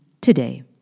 today